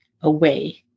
away